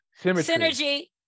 synergy